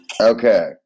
okay